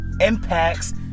Impacts